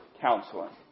counseling